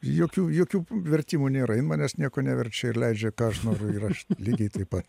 jokių jokių vertimų nėra jin manęs nieko neverčia ir leidžia ką aš noriu ir aš lygiai taip pat